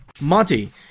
Monty